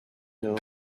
know